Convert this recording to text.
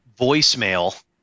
voicemail